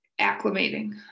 acclimating